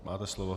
Máte slovo.